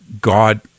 God